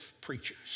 preachers